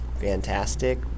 fantastic